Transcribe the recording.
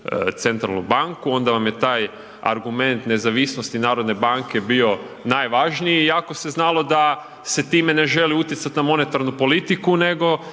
centralnu banku onda vam je taj argument nezavisnosti narodne banke bio najvažniji iako se znalo da se time ne želi utjecat na monetarnu politiku